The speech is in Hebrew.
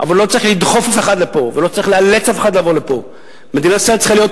אבל לא צריך לדחוף אף אחד לפה ולא צריך לאלץ אף אחד לבוא לפה.